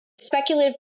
speculative